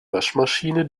waschmaschine